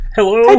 Hello